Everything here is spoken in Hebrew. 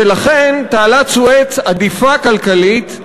ולכן תעלת סואץ עדיפה כלכלית,